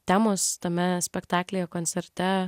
temos tame spektaklyje koncerte